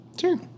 Sure